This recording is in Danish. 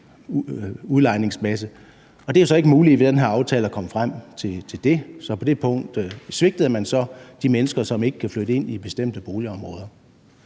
udlejningsmasse. Det er jo så ikke muligt i den her aftale at komme frem til det, så på det punkt svigtede man så de mennesker, som ikke kan flytte ind i bestemte boligområder.